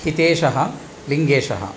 हितेशः लिङ्गेशः